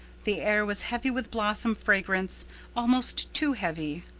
the air was heavy with blossom fragrance almost too heavy.